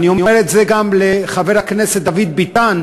ואני אומר את זה גם לחבר הכנסת דוד ביטן,